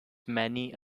many